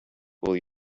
will